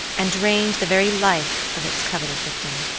and drained the very life of its coveted victim.